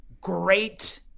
great